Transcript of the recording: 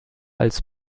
als